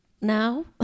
Now